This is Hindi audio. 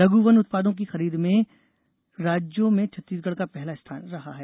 लघु वन उत्पादों की खरीद में राज्यों में छत्तीसगढ़ का पहला स्थान रहा है